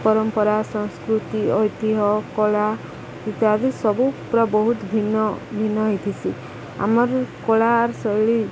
ପରମ୍ପରା ସଂସ୍କୃତି ଐତିହ୍ୟ କଳା ଇତ୍ୟାଦି ସବୁ ପୁରା ବହୁତ ଭିନ୍ନ ଭିନ୍ନ ହେଇଥିସି ଆମର କଳା ଶୈଳୀ